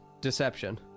Deception